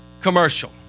commercial